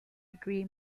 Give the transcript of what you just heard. degree